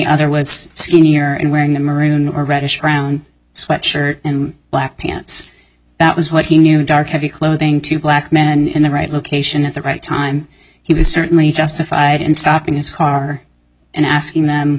other was skinnier and wearing the maroon or reddish brown sweat shirt and black pants that was what he knew dark heavy clothing two black men in the right location at the right time he was certainly justified in stopping his car and asking them